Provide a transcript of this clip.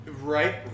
Right